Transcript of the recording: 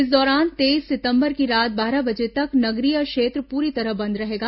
इस दौरान तेईस सितंबर की रात बारह बजे तक नगरीय क्षेत्र पूरी तरह बंद रहेगा